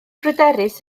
bryderus